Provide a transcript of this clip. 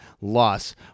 loss